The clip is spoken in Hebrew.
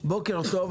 בוקר טוב.